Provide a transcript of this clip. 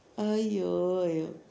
!aiyo! !aiyo!